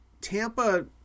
Tampa